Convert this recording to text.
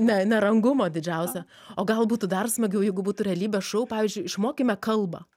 ne nerangumo didžiausio o gal būtų dar smagiau jeigu būtų realybės šou pavyzdžiui išmokime kalbą